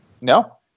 No